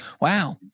Wow